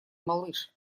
малыш